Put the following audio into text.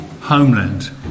homeland